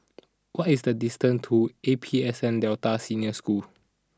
what is the distant to A P S N Delta Senior School